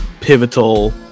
pivotal